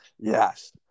yes